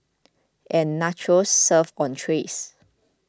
and nachos served on trays